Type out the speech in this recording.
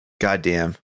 Goddamn